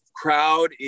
crowd